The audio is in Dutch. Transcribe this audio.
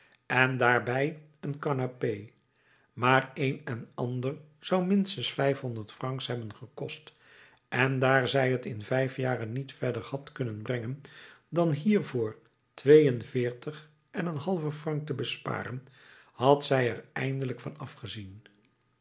en daarbij een canapé maar een en ander zou minstens vijfhonderd francs hebben gekost en daar zij t in vijf jaren niet verder had kunnen brengen dan hiervoor twee-en-veertig en een halven franc te besparen had zij er eindelijk van afgezien